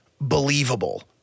believable